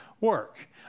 work